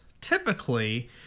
typically